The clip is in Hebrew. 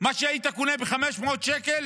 מה שהיית קונה ב-500 שקל